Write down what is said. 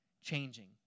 changing